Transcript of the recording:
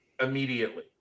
immediately